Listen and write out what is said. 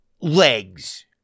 legs